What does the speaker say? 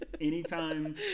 anytime